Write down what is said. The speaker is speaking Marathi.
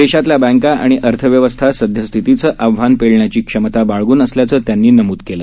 देशातल्या बँका आणि अर्थव्यवस्था सदयस्थितीचं आव्हान पेलण्याची क्षमता बाळगून असल्याचं त्यांनी नमूद केलं